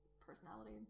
personality